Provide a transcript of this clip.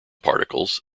particles